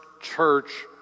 church